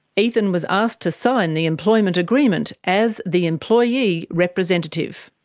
ethan was asked to sign the employment agreement as the employee representative.